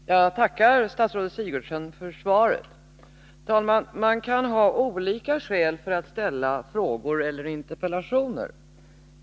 Herr talman! Jag tackar statsrådet Sigurdsen för svaret. Man kan, herr talman, ha olika skäl för att ställa frågor eller interpellationer.